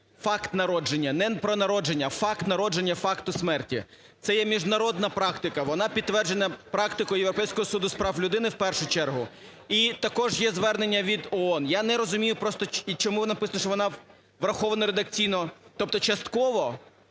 факт народження… не про народження, а факту народження, факту смерті. Це є міжнародна практика. Вона підтверджена практикою Європейського суду з прав людини в першу чергу. І також є звернення від ООН. Я не розумію просто, і чому написано, що вона врахована редакційно, тобто частково.